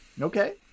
Okay